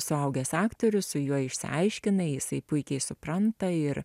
suaugęs aktorius su juo išsiaiškinai jisai puikiai supranta ir